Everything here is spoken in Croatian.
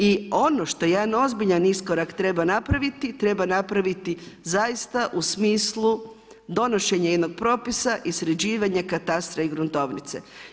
I ono što na jedan ozbiljan iskorak treba napraviti, treba napraviti zaista u smislu donošenje jednog propisa i sređivanje katastra i gruntovnice.